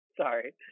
sorry